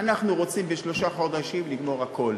אנחנו רוצים בשלושה חודשים לגמור הכול.